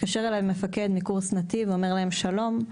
מתקשר אליהם מפקד מקורס נתיב ואומר להם "שלום,